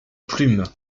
plume